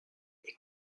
est